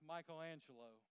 Michelangelo